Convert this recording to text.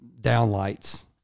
downlights